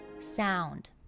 Sound